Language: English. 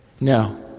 No